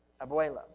Abuela